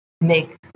make